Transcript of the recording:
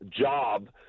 job